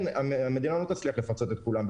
המדינה לא תצליח לפצות את כולם,